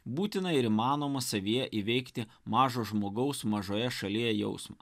būtina ir įmanoma savyje įveikti mažo žmogaus mažoje šalyje jausmą